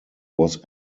was